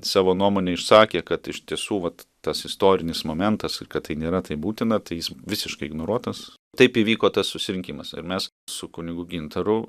savo nuomonę išsakė kad iš tiesų vat tas istorinis momentas ir kad tai nėra taip būtina tai jis visiškai ignoruotas taip įvyko tas susirinkimas ir mes su kunigu gintaru